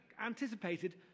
anticipated